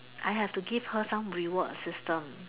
I have to give her some reward system